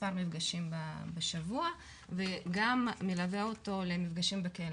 מספר מפגשים בשבוע וגם מלווה אותו למפגשים בכלא,